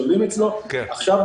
עכשיו,